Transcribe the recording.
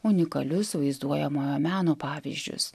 unikalius vaizduojamojo meno pavyzdžius